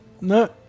No